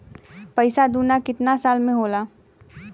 पैसा दूना कितना साल मे होला?